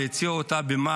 והציעו אותה,